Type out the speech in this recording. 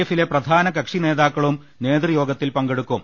എഫിലെ പ്രധാന കക്ഷി നേതാക്കളും നേതൃയോഗത്തിൽ പങ്കെടുക്കും